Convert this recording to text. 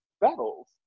battles